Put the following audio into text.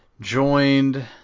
joined